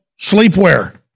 sleepwear